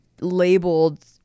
labeled